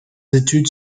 études